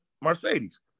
Mercedes